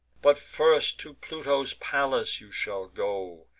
but first to pluto's palace you shall go,